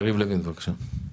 יריב לוין, בבקשה.